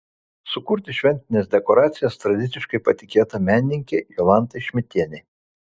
sukurti šventines dekoracijas tradiciškai patikėta menininkei jolantai šmidtienei